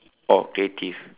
oh creative